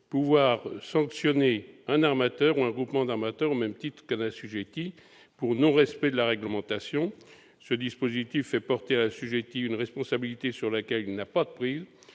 une sanction pour un armateur ou un groupement d'armateurs au même titre qu'un assujetti en cas de non-respect de la réglementation. Le dispositif en vigueur fait porter à l'assujetti une responsabilité sur laquelle il n'a pas de prise.